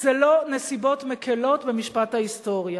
זה לא נסיבות מקילות במשפט ההיסטוריה.